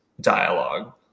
dialogue